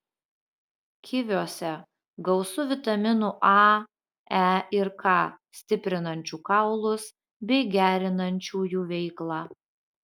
kiviuose gausu vitaminų a e ir k stiprinančių kaulus bei gerinančių jų veiklą